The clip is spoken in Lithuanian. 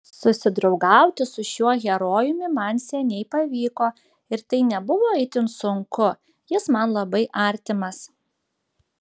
susidraugauti su šiuo herojumi man seniai pavyko ir tai nebuvo itin sunku jis man labai artimas